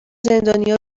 زندانیا